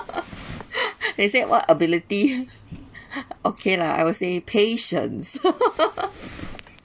they said what ability okay lah I would say patience